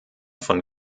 von